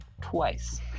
Twice